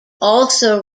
also